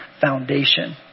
foundation